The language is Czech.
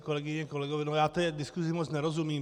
Kolegyně, kolegové, já té diskusi moc nerozumím.